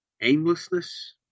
aimlessness